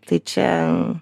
tai čia